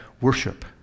worship